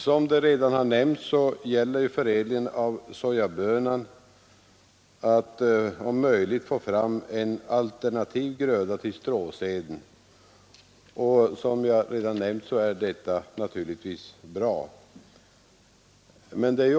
Som redan nämnts gäller förädlingen av sojabönan försök att få fram en alternativ gröda till stråsäden, och det är naturligtvis bra.